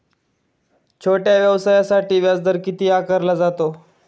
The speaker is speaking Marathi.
छोट्या व्यवसायासाठी व्याजदर किती आकारला जातो?